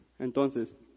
Entonces